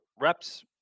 reps